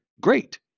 great